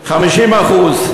50%;